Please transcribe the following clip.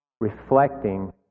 reflecting